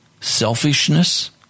selfishness